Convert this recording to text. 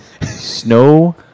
Snow